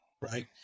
Right